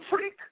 Freak